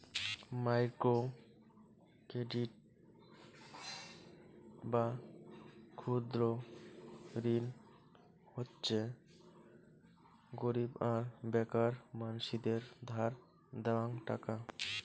micro credit বা ক্ষুদ্র ঋণ হচ্যে গরীব আর বেকার মানসিদের ধার দেওয়াং টাকা